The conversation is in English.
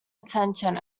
attention